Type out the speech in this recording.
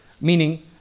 meaning